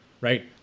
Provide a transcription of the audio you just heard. right